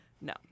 no